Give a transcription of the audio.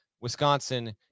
wisconsin